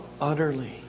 utterly